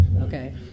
Okay